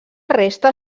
resta